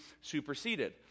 superseded